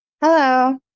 hello